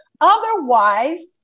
Otherwise